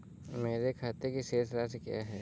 मेरे खाते की शेष राशि क्या है?